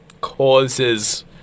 causes